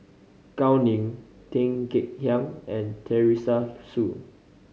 Gao Ning Tan Kek Hiang and Teresa Hsu